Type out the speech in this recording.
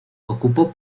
ocupó